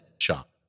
shop